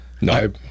No